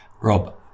Rob